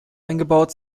eingebaut